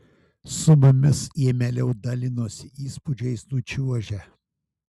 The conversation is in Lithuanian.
su mumis jie mieliau dalinosi įspūdžiais nučiuožę